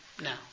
now